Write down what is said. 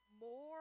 more